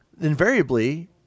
invariably